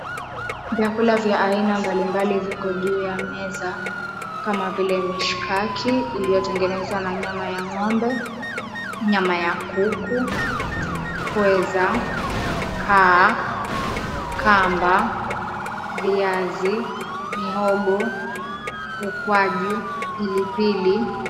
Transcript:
Vyakula vya aina mbali mbali viko juu ya meza. Kama vile mshikaki, iliyotengenezwa na nyama ya ng'ombe, nyama ya kuku, pweza, kaa, kamba, viazi, mihogo, ukwaju, piipili